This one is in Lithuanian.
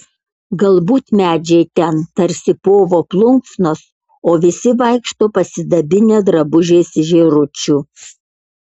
galbūt medžiai ten tarsi povo plunksnos o visi vaikšto pasidabinę drabužiais iš žėručių